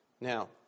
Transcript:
Now